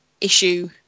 issue